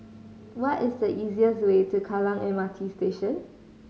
what is the easiest way to Kallang M R T Station